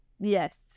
Yes